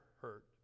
hurt